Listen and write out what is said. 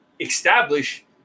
establish